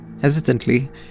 Hesitantly